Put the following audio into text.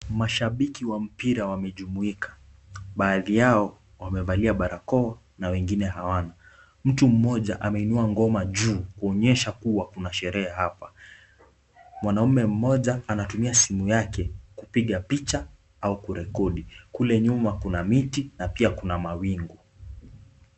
Mashabiki wa mpira wamejumuika. Baadhi yao wamevalia barakoa na wengine hawana. Mtu mmoja ameinua ngoma juu kuonyesha kuwa kuna sherehe hapa. Mwanaume mmoja anatumua simu yake kupiga picha au kurekodi. Kule nyuma kuna miti na pia kuna mawingu.